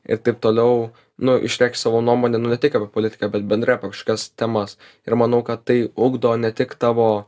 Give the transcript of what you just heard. ir taip toliau nu išreikšt savo nuomonę nu ne tik apie politiką bet bendrai apie kažkokias temas ir manau kad tai ugdo ne tik tavo